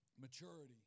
Maturity